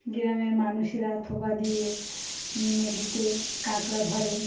গ্রামের মানুষেরা থোপা দিয়ে নদীতে কাঁকড়া ধরে